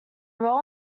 roll